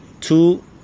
two